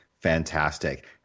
Fantastic